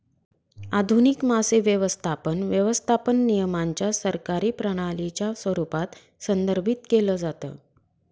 आधुनिक मासे व्यवस्थापन, व्यवस्थापन नियमांच्या सरकारी प्रणालीच्या स्वरूपात संदर्भित केलं जातं